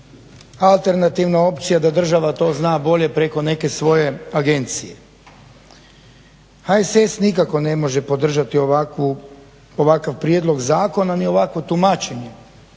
alternativna opcija da država to zna bolje preko neke svoje agencije. HSS nikako ne može podržati ovakav prijedlog zakona, ni ovakvo tumačenje